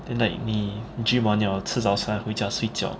then like 你 gym 完了吃早餐回家睡觉